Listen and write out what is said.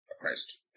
Christ